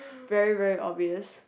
very very obvious